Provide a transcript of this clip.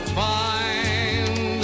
find